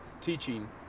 teaching